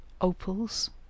opals